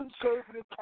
conservative